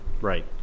Right